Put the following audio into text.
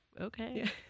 okay